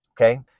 okay